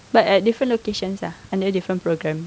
but at different locations ah under different program